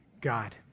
God